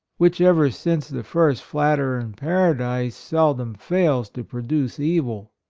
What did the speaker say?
which ever since the first flatterer in paradise seldom fails to produce evil.